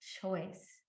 choice